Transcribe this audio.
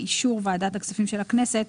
באישור ועדת הכספים של הכנסת,